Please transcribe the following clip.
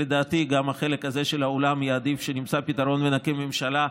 לדעתי גם החלק הזה של האולם יעדיף שנמצא פתרון ונקים ממשלה,